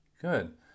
Good